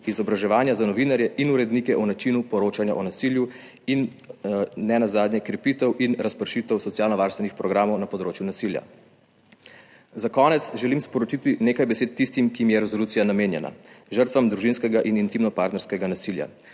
izobraževanja za novinarje in urednike o načinu poročanja o nasilju in nenazadnje krepitev in razpršitev socialnovarstvenih programov na področju nasilja. Za konec želim sporočiti nekaj besed tistim, ki jim je resolucija namenjena, žrtvam družinskega in intimnopartnerskega nasilja.